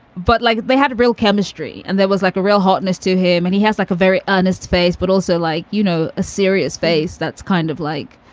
but like, they had a real chemistry and that was like a real hotness to him. and he has like a very earnest face, but also like, you know, a serious face that's kind of like,